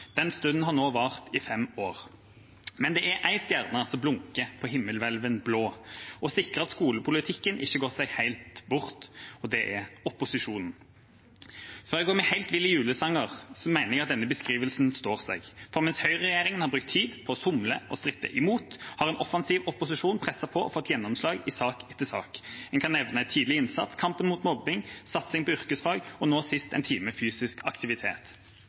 Den stunden har nå vart i fem år. Men det er en stjerne som «blonke på himmelhvelven blå» og sikrer at skolepolitikken ikke har gått seg helt bort, og det er opposisjonen. Før jeg går meg helt vill i julesanger, mener jeg at denne beskrivelsen står seg, for mens høyreregjeringen har brukt tid på å somle og stritte imot, har en offensiv opposisjon presset på og fått gjennomslag i sak etter sak. Man kan nevne tidlig innsats, kampen mot mobbing, satsing på yrkesfag og nå sist en time fysisk aktivitet.